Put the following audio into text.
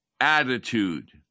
attitude